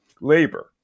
labor